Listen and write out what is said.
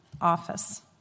office